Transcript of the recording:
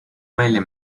välja